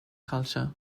culture